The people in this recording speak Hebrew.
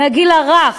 מהגיל הרך,